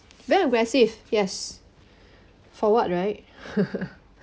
then we're safe yes for what right